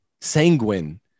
sanguine